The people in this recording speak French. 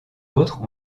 autres